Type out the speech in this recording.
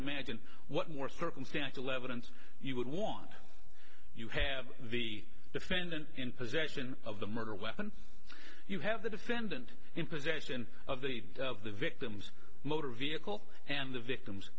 imagine what more circumstantial evidence you would want you have the defendant in possession of the murder weapon you have the defendant in possession of the of the victim's motor vehicle and the victim